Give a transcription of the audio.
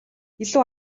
илүү